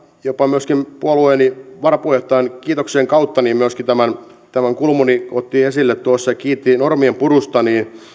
jopa puolueeni varapuheenjohtajan kiitoksien kautta tämän kun kulmuni otti tuossa esille ja kiitti normien purusta